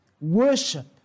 worship